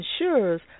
insurers